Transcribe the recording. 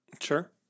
sure